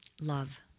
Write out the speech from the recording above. love